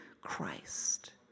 Christ